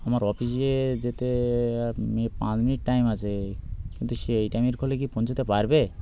আমার অফিসে যেতে আর পাঁচ মিনিট টাইম আছে কিন্তু সে এই টাইমের খলে কি পৌঁছোতে পারবে